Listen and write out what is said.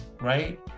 right